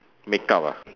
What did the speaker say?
make up ah